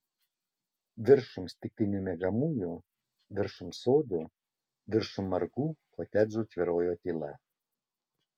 viršum stiklinių miegamųjų viršum sodų viršum margų kotedžų tvyrojo tyla